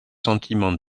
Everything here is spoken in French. sentiment